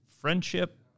friendship